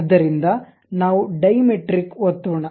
ಆದ್ದರಿಂದ ನಾವು ಡೈಮೆಟ್ರಿಕ್ ಒತ್ತೋಣ